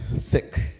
thick